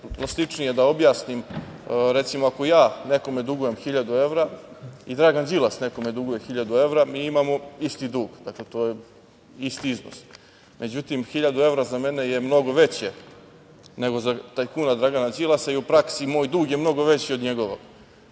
da objasnim, recimo, ako ja nekome dugujem 1.000 evra i Dragan Đilas nekome duguje 1.000 evra, mi imamo isti dug, dakle, to je isti iznos, međutim, 1.000 evra je mnogo veće, nego za tajkuna Dragana Đilasa i u praksi moj dug je mnogo veći od njegovog. Iz